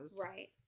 Right